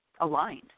aligned